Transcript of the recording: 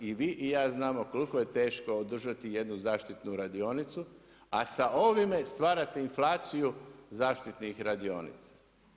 I vi i ja znamo koliko je teško održati jednu zaštitnu radionicu, a sa ovime stvarate inflaciju zaštitnih radionica.